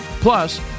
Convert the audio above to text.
Plus